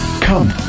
come